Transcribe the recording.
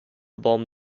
bomb